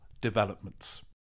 developments